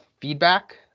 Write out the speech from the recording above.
feedback